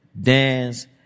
dance